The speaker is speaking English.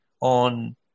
on